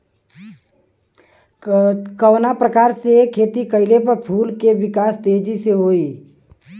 कवना प्रकार से खेती कइला पर फूल के विकास तेजी से होयी?